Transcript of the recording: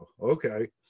Okay